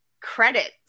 credit